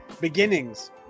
beginnings